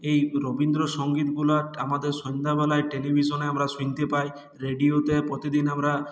এই রবীন্দ্রসঙ্গীতগুলো আমাদের সন্ধ্যাবেলায় টেলিভিশনে আমরা শুনতে পাই রেডিওতে প্রতিদিন আমরা